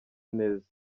neza